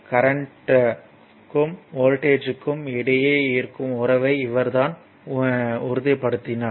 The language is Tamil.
கரண்ட்க்கும் வோல்ட்டேஜ்க்கும் இடையே இருக்கும் உறவை இவர் தான் உறுதிப்படுத்தினார்